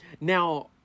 Now